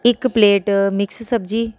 ਇੱਕ plate mix ਸਬਜ਼ੀ